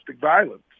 violence